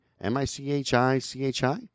M-I-C-H-I-C-H-I